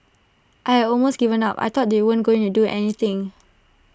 I had almost given up I thought they weren't going to do anything